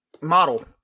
model